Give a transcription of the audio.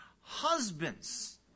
Husbands